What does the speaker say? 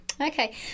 Okay